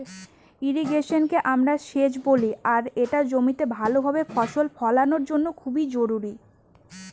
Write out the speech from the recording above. ইর্রিগেশনকে আমরা সেচ বলি আর এটা জমিতে ভাল ভাবে ফসল ফলানোর জন্য খুব জরুরি